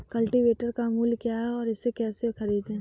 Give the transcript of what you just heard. Cultivator का मूल्य क्या है और इसे कैसे खरीदें?